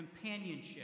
companionship